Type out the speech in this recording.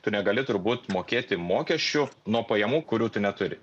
tu negali turbūt mokėti mokesčių nuo pajamų kurių tu neturi